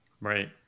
right